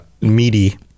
meaty